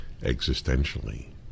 existentially